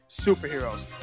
Superheroes